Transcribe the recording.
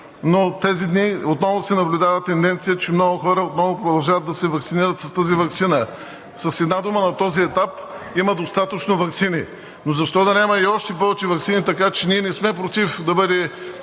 Но тези дни отново се наблюдава тенденция, че много хора продължават да се ваксинират с тази ваксина. С една дума, на този етап има достатъчно ваксини. Но защо да няма още повече ваксини? Така че ние не сме против да бъде